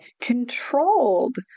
controlled